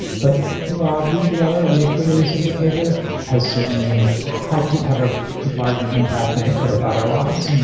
but broadly together with the release of the paper has certainly helped, did have a larger impact than it could have otherwise.